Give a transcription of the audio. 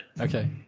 Okay